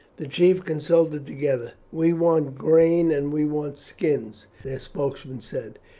the chiefs consulted together. we want grain and we want skins, their spokesman said.